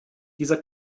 dieser